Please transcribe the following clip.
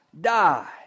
die